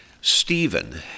Stephen